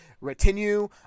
Retinue